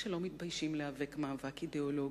שלא מתביישים להיאבק מאבק אידיאולוגי.